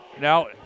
now